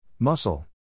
Muscle